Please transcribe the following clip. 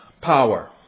Power